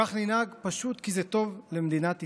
כך ננהג פשוט כי זה טוב למדינת ישראל.